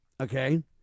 Okay